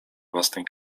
własnej